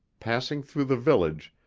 passing through the village,